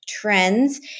trends